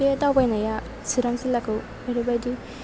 बे दावबायनाया चिरां जिल्लाखौ ओरैबायदि